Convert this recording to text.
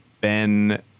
Ben